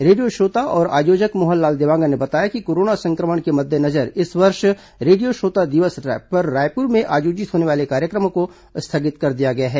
radio श्रोता और आयोजक मोहनलाल देवांगन ने बताया कि कोरोना संक्रमण के मद्देनजर इस वर्ष रेडियो श्रोता दिवस पर रायपुर में आयोजित होने वाले कार्यक्रम को स्थगित कर दिया गया है